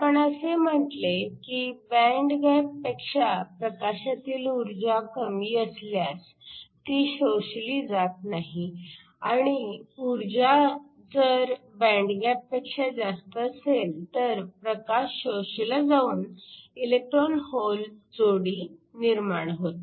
आपण असे म्हटले की बँड गॅप पेक्षा प्रकाशातील ऊर्जा कमी असल्यास ती शोषली जात नाही आणि ऊर्जा जर बँड गॅपपेक्षा जास्त असेल तर प्रकाश शोषला जाऊन इलेक्ट्रॉन होल जोडी निर्माण होते